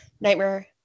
Nightmare